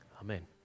amen